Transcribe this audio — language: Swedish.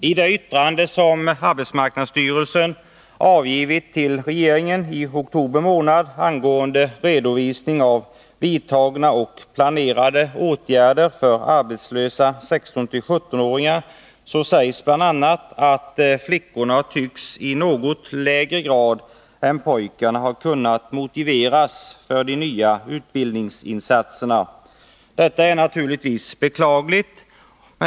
I det yttrande som arbetsmarknadsstyrelsen avgivit till regeringen i oktober månad angående redovisningen av vidtagna och planerade åtgärder för arbetslösa 16-17-åringar sägs bl.a. att flickorna i något lägre grad än pojkarna tycks ha kunnat motiveras för de nya utbildningsinsatserna. Detta är naturligtvis beklagligt.